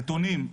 נתונים,